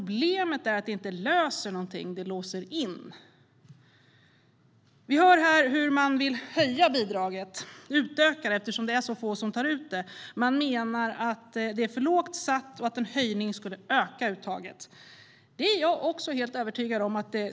Men pengarna löser inte något problem utan låser in. Vi hör här hur man vill utöka bidraget eftersom det är så få som tar ut det. Man menar att det är för lågt satt och att en höjning skulle öka uttaget. Jag är också övertygad om det.